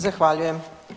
Zahvaljujem.